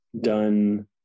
done